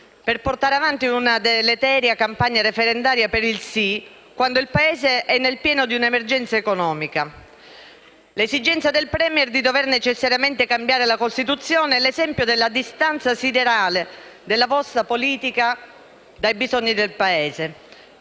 per portare avanti una deleteria campagna referendaria per il sì, quando il Paese è nel pieno di un'emergenza economica. L'esigenza del *Premier* di dover necessariamente cambiare la Costituzione è l'esempio della distanza siderale della vostra politica dai bisogni del Paese.